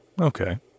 okay